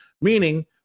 meaning